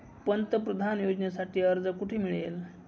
पंतप्रधान योजनेसाठी अर्ज कुठे मिळेल?